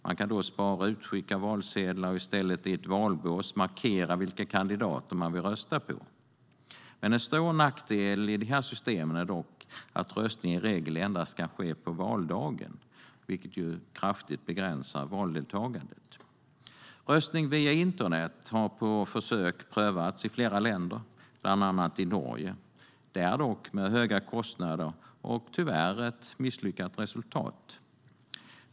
Man kan då spara på utskick av valsedlar, och väljaren kan i stället i ett valbås markera vilka kandidater den vill rösta på. En stor nackdel i de systemen är dock att röstning i regel kan ske endast på valdagen, vilket ju kraftigt begränsar valdeltagandet. Röstning via internet har på försök prövats i flera länder, bland annat i Norge, där dock med höga kostnader och tyvärr ett misslyckat resultat.